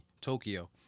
Tokyo